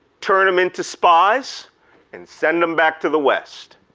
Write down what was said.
turn em into spies and send them back to the west.